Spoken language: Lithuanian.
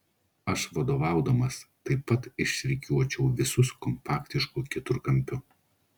aš vadovaudamas taip pat išrikiuočiau visus kompaktišku keturkampiu